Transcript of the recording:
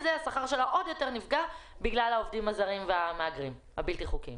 השכר שלה עוד יותר נפגע בגלל העובדים הזרים והמהגרים הבלתי חוקיים.